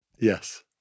Yes